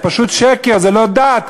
זה פשוט שקר, זו לא דת.